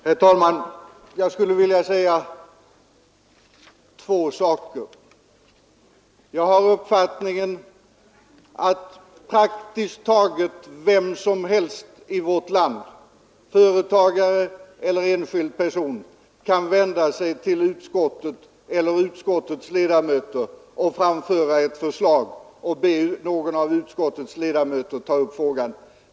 Herr talman! Jag skulle vilja säga två saker. Praktiskt taget vem som helst i vårt land, företagare eller enskild person, kan vända sig till ett utskott eller till utskottsledamöter och framföra ett förslag eller be någon av utskottets ledamöter att ta upp en fråga.